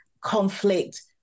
conflict